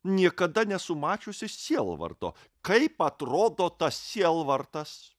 niekada nesu mačiusi sielvarto kaip atrodo tas sielvartas